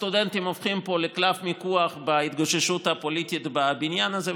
הסטודנטים הופכים פה לקלף מיקוח בהתגוששות הפוליטית בבניין הזה.